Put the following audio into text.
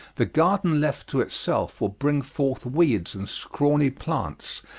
the garden left to itself will bring forth weeds and scrawny plants,